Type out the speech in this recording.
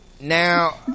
Now